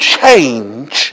change